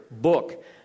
book